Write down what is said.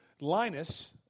Linus